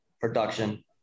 production